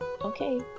Okay